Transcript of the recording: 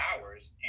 hours